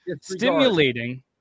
stimulating-